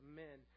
men